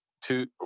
two